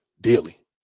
daily